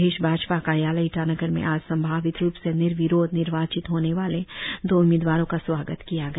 प्रदेश भाजपा कार्यालय ईटानगर में आज संभावित रुप से निर्विरोध निर्वाचित होने वाले दो उम्मीदवारों का स्वागत किया गया